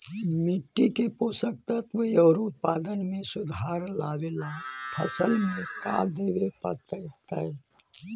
मिट्टी के पोषक तत्त्व और उत्पादन में सुधार लावे ला फसल में का देबे पड़तै तै?